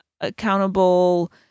accountable